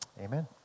Amen